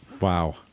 Wow